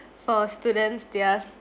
for students their